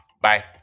Bye